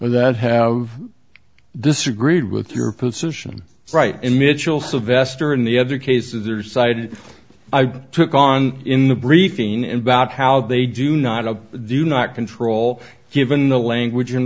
that have disagreed with her position right image will sylvester and the other cases are cited i took on in the briefing about how they do not have do not control given the language and